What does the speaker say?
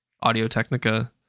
Audio-Technica